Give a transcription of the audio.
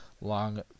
long